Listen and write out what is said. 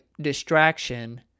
distraction